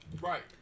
Right